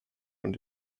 und